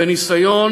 וניסיון,